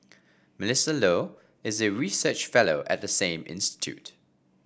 Melissa Low is a research fellow at the same institute